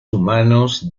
humanos